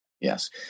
Yes